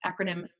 acronym